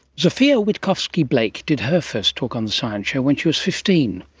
zofia witkowski-blake did her first talk on the science show when she was fifteen,